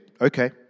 okay